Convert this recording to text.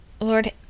lord